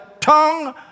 tongue